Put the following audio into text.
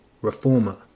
reformer